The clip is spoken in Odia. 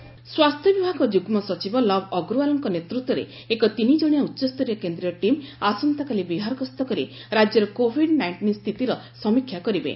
ସେଣ୍ଟ୍ରାଲ୍ ଟିମ୍ ବିହାର ସ୍ୱାସ୍ଥ୍ୟ ବିଭାଗ ଯୁଗ୍ମ ସଚିବ ଲବ୍ ଅଗ୍ରୱାଲଙ୍କ ନେତୃତ୍ୱରେ ଏକ ତିନିଜଣିଆ ଉଚ୍ଚସ୍ତରୀୟ କେନ୍ଦ୍ରୀୟ ଟିମ୍ ଆସନ୍ତାକାଲି ବିହାର ଗସ୍ତ କରି ରାଜ୍ୟର କୋଭିଡ୍ ନାଇଷ୍ଟିନ୍ ସ୍ଥିତିର ସମୀକ୍ଷା କରିବେ